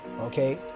okay